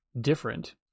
different